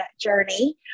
journey